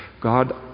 God